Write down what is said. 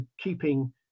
keeping